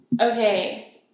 okay